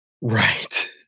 Right